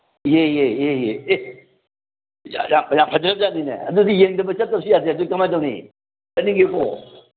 ꯏꯍꯦ ꯏꯍꯦ ꯏꯍꯦ ꯏꯍꯦ ꯑꯦ ꯌꯥꯝ ꯐꯖꯖꯥꯠꯅꯤꯅꯦ ꯑꯗꯨꯗꯤ ꯌꯦꯡꯗꯕ ꯆꯠꯇꯕꯁꯨ ꯌꯥꯗꯦ ꯑꯗꯨꯗꯤ ꯀꯃꯥꯏ ꯇꯧꯅꯤ ꯆꯠꯅꯤꯡꯉꯤꯀꯣ